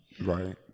Right